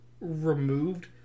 removed